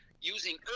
using